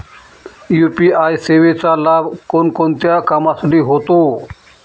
UPI सेवेचा लाभ कोणकोणत्या कामासाठी होतो?